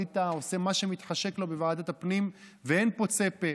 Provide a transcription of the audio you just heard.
ווליד טאהא עושה מה שמתחשק לו בוועדת הפנים ואין פוצה פה.